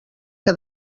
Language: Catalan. que